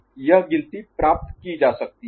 यह गिनती प्राप्त की जा सकती है